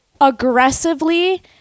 aggressively